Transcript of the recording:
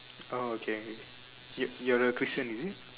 oh okay you you're a Christian is it